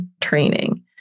training